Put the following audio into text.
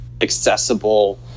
accessible